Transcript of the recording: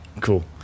Cool